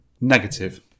negative